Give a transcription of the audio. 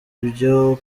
byo